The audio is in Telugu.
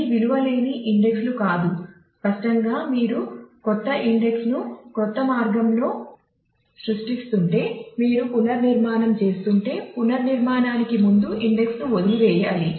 ఇది విలువ లేని ఇండెక్స్ లు కాదు స్పష్టంగా మీరు కొత్త ఇండెక్స్ ను క్రొత్త మార్గంలో సృష్టిస్తుంటే మీరు పునర్నిర్మాణం చేస్తుంటే పునర్నిర్మాణానికి ముందు ఇండెక్స్ ను వదిలివేయాలి